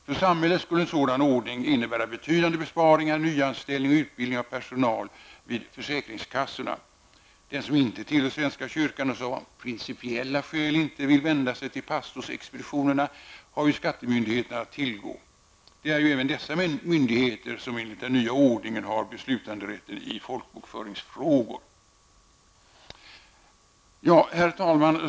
För samhället skulle en sådan ordning innebära betydande besparingar i form av färre nyanställningar och mindre utbildning av personal vid försäkringskassorna. Den som inte tillhör svenska kyrkan och som av principiella skäl inte vill vända sig till pastorsexpeditionerna har ju skattemyndigheterna att tillgå. Det är även dessa myndigheter som enligt den nya ordningen har beslutanderätten i folkbokföringsfrågor. Herr talman!